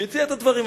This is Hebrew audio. שהציע את הדברים.